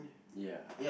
ya